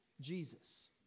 Jesus